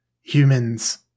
humans